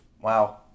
Wow